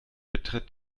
betritt